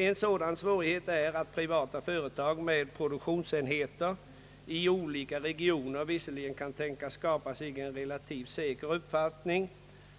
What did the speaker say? En sådan svårighet är att privata företag med produktionsenheter i olika regioner visserligen kan tänkas skapa sig en relativt säker uppfattning